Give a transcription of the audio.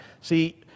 See